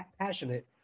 passionate